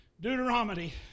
Deuteronomy